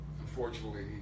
Unfortunately